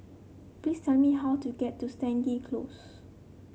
please tell me how to get to Stangee Close